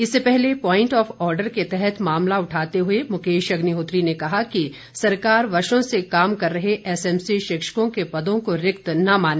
इससे पहले point of order के तहत मामला उठाते हुए मुकेश अग्निहोत्री ने कहा कि सरकार वर्षो से काम कर रहे एसएमसी शिक्षकों के पदों को रिक्त न माने